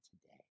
today